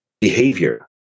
behavior